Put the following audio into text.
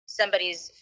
somebody's